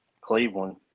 Cleveland